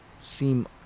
seem